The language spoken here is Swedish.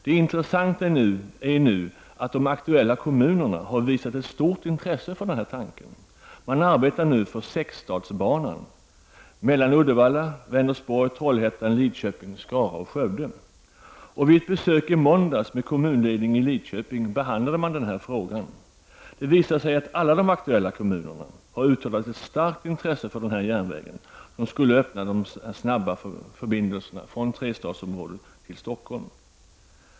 Det intressanta är att de aktuella kommunerna har visat ett stort intresse för denna tanke. Man arbetar nu för sexstadsbanan, som skall gå sträckan Uddevalla Vänersborg-Trollhättan-Lidköping-Skara-Skövde. Vid ett besök i måndags hos kommunledningen i Lidköping behandlades denna fråga. Det visar sig att alla de aktuella kommunerna har uttalat ett starkt intresse för denna järnväg, som skulle öppna snabba förbindelser från trestadsområdet till Stockholm.